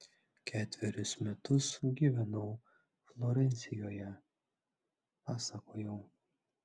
ketverius metus gyvenau florencijoje pasakojau